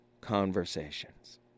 conversations